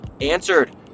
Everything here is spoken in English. answered